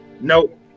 Nope